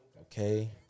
Okay